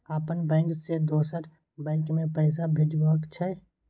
अपन बैंक से दोसर बैंक मे पैसा भेजबाक छै?